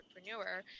entrepreneur